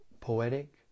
poetic